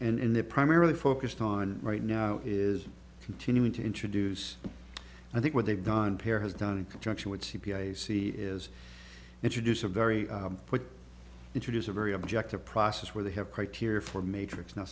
and in the primarily focused on right now is continuing to introduce i think what they've done peer has done in conjunction with c p i c is introduce a very quick introduce a very objective process where they have criteria for matrix now